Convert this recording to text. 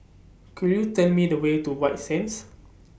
Could YOU Tell Me The Way to White Sands